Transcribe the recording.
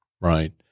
right